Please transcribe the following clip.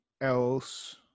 else